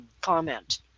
Comment